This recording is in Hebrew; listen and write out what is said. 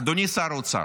אדוני שר האוצר,